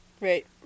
right